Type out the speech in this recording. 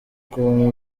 kuba